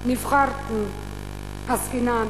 נבחרינו עסקינן,